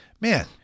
man